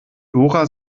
dora